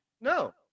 No